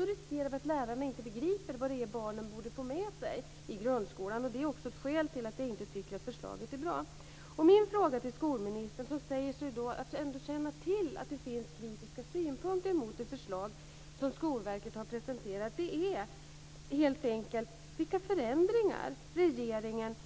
Då riskerar vi att lärarna inte begriper vad barnen bör få med sig i grundskolan. Det är också ett skäl till att jag inte tycker att förslaget är bra. Min fråga till skolministern, som ändå säger sig känna till att det finns kritiska synpunkter mot det förslag som Skolverket har presenterat, är helt enkelt: Hur kommer regeringen